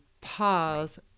pause